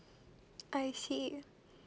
I see